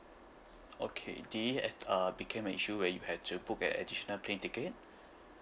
okay the have uh became a issue where you have to book an additional plane ticket